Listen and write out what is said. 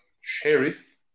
sheriff